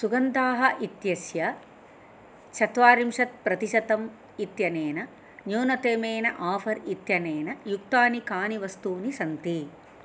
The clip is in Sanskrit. सुगन्धाः इत्यस्य चत्वारिंशत् प्रतिशतम् इत्यनेन न्यूनतमेन आफ़र् इत्यनेन युक्तानि कानि वस्तूनि सन्ति